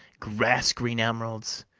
grass-green emeralds,